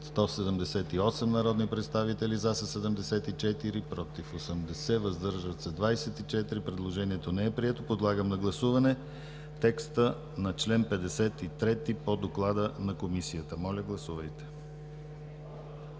172 народни представители: за 57, против 95, въздържали се 20. Предложението не е прието. Подлагам на гласуване текста на чл. 83 по доклада на Комисията. Гласували